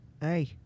Hey